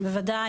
בוודאי.